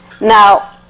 now